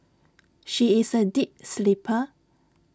she is A deep sleeper